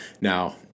Now